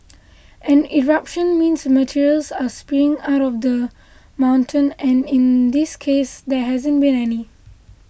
an eruption means materials are spewing out of the mountain and in this case there hasn't been any